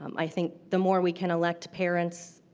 um i think the more we can elect parents,